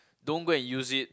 don't go and use it